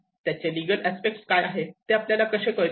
त्याचे legal aspect काय आहे ते आपल्याला कसे कळतील